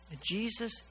Jesus